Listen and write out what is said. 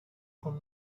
con